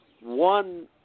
one